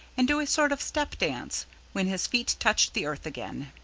and do a sort of step dance when his feet touched the earth again.